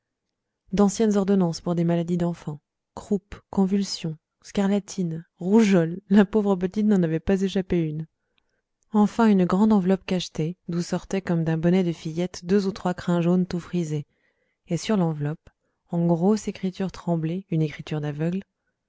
d'anciennes ordonnances pour des maladies d'enfants croup convulsions scarlatine rougeole la pauvre petite n'en avait pas échappé une enfin une grande enveloppe cachetée d'où sortaient comme d'un bonnet de fillette deux ou trois crins jaunes tout frisées et sur l'enveloppe en grosse écriture tremblée une écriture d'aveugle